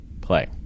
Play